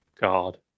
God